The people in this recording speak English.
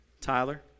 Tyler